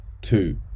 two